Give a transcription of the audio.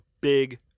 big